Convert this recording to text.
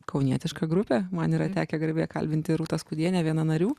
kaunietiška grupė man yra tekę garbė kalbinti rūtą skudienę vieną narių